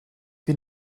wir